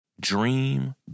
Dream